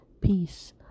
peace